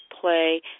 play